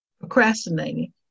procrastinating